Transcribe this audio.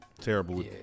Terrible